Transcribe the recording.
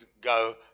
go